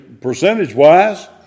percentage-wise